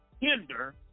hinder